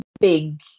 big